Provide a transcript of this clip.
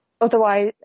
otherwise